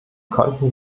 konnten